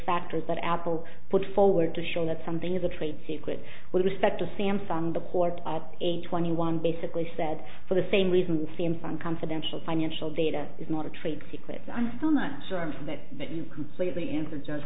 factors that apple put forward to show that something is a trade secret with respect to samsung the court at eight twenty one basically said for the same reason samsung confidential financial data is not a trade secret i'm still not sure that that you completely answer